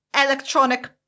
electronic